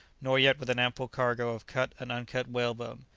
nor yet with an ample cargo of cut and uncut whalebone,